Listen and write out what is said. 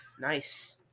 Nice